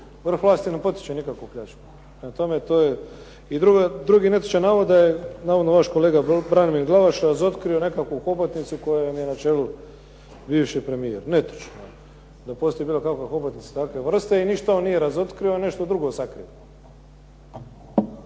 Vrh vlasti ne potiče nikakvu pljačku I drugi netočan navod je da je navodno vaš kolega Branimir Glavaš razotkrio nekakvu hobotnicu kojoj je na čelu bivši premijer. Netočno. Da postoji bilo kakva hobotnica takve vrste i ništa on nije razotkrio, a nešto drugo sakrio.